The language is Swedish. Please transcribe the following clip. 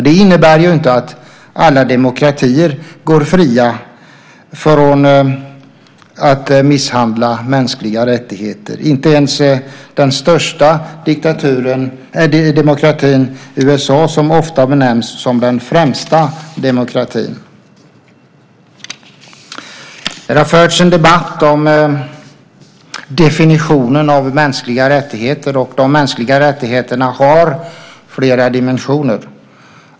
Det innebär inte att alla demokratier går fria från att misshandla mänskliga rättigheter - inte ens den största demokratin USA, som ofta benämns som den främsta demokratin. Här har förts en debatt om definitionen av mänskliga rättigheter. De mänskliga rättigheterna har fler dimensioner.